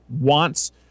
wants